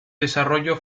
desarrollo